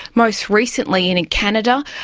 most recently in and canada,